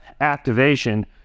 activation